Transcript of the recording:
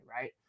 right